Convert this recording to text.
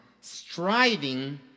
striving